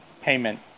payment